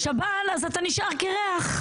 בשב"ן אז אתה נשאר קירח.